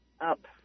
Up